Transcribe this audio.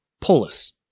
polis